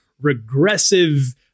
regressive